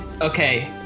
okay